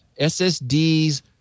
SSDs